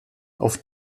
auf